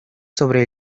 sobre